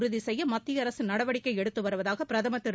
உறுதி செய்ய மத்திய அரசு நடவடிக்கை எடுத்து வருவதாக பிரதமர் திரு